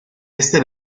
este